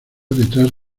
detrás